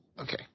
Okay